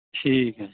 ਠੀਕ ਹੈ ਜੀ